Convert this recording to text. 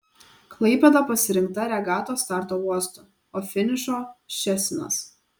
klaipėda pasirinkta regatos starto uostu o finišo ščecinas